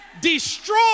destroy